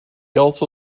also